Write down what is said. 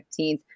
15th